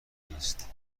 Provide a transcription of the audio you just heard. نیست